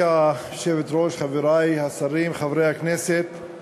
היושבת-ראש, חברי השרים, חברי הכנסת,